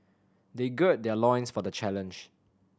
they gird their loins for the challenge